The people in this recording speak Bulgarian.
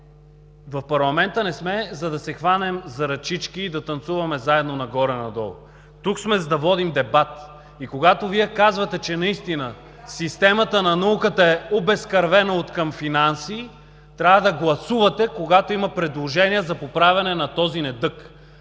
в парламента не сме, за да се хванем за ръчички и да танцуваме заедно нагоре-надолу. Тук сме, за да водим дебат. И когато Вие казвате, че наистина системата на науката е обезкървена откъм финанси, трябва да гласувате, когато има предложения за поправяне на този недъг,